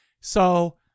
So-